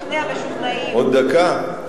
עוד דקה?